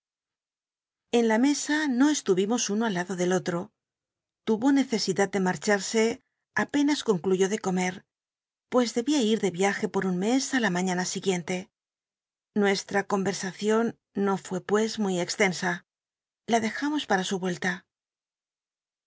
en la mesa no oslu imos uno al lado del ollo tuvo necesidad ele marcharse apenas concluyó ele comer pues debía ir ele iajc por un mes li la maiíana siguiente nucstm conversacion no rué pues muy extensa lo dejamos pam su vuelta